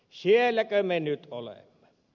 sielläkö me nyt olemme